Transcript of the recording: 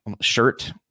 shirt